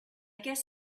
guess